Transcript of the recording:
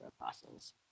apostles